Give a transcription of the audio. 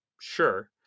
sure